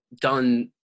done